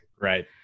Right